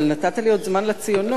אבל נתת לי עוד זמן לציונות.